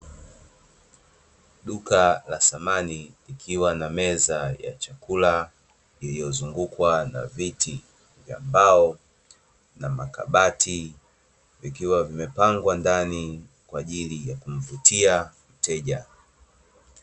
Duka la samani likiwa na meza ya chakula, iliyozungukwa na viti vya mbao, na makabati vikiwa vimepangwa ndani kwa ajili ya kumvutia mteja.